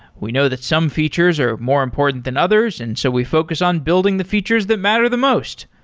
we know that some features are more important than others, and so we focus on building the features that matter the most.